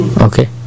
Okay